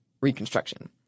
Reconstruction